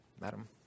Madam